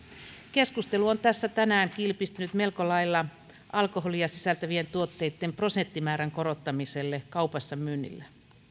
keskustelu on tässä tänään kilpistynyt melko lailla alkoholia sisältävien tuotteitten prosenttimäärän korottamiseen kaupassa myynnissä